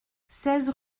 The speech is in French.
seize